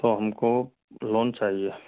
तो हमको लोन चाहिए